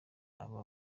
aba